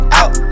out